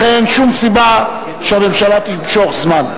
לכן אין שום סיבה שהממשלה תמשוך זמן.